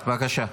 בבקשה.